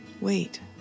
Wait